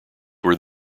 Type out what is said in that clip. were